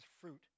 fruit